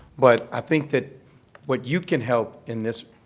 but i think that what you can help in this